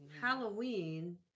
Halloween